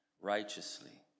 righteously